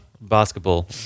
basketball